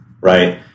right